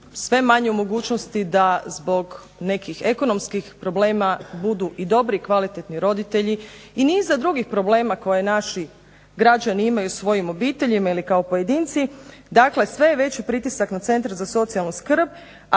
sve manje u mogućnosti da zbog nekih ekonomskih problema budu i dobri i kvalitetni roditelji i niza drugih problema koje naši građani imaju svojim obiteljima ili kao pojedinci, dakle sve je veći pritisak na centre za socijalnu skrb,